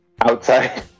outside